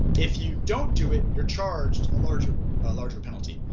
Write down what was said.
if you don't do it you are charged a larger larger penalty.